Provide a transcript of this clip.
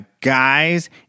guys